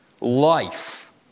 Life